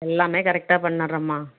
எல்லாமே கரெக்டாக பண்ணிடுறோம்மா